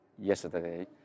yesterday